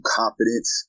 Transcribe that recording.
confidence